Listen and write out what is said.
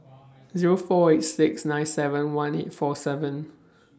Zero four eight six nine seven one eight four seven